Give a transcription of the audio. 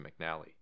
McNally